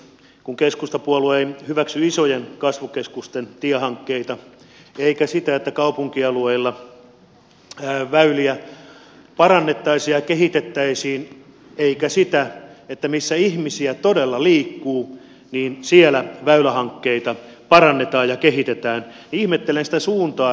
kun keskustapuolue ei hyväksy isojen kasvukeskusten tiehankkeita eikä sitä että kaupunkialueilla väyliä parannettaisiin ja kehitettäisiin eikä sitä että missä ihmisiä todella liikkuu siellä väylähankkeita parannetaan ja kehitetään niin ihmettelen sitä suuntaa